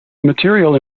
material